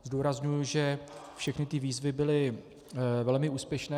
Zdůrazňuji, že všechny výzvy byly velmi úspěšné.